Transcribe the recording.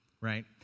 right